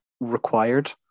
required